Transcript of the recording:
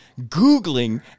Googling